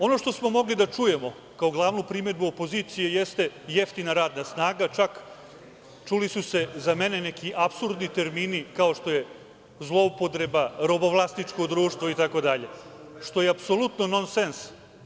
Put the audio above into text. Ono što smo mogli da čujemo kao glavnu primedbu opozicije jeste jeftina radna snaga, čak su se čuli, za mene, neki apsurdni termini kao što je zloupotreba, robovlasničko društvo itd, što je apsolutno nonsens.